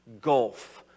gulf